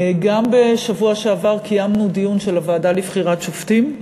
גם בשבוע שעבר קיימנו דיון של הוועדה לבחירת שופטים.